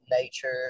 nature